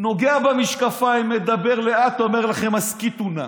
נוגע במשקפיים, מדבר לאט, אומר לכם: הסכיתו נא,